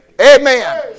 Amen